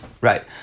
right